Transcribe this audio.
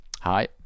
hi